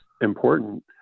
important